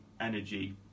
energy